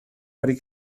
wedi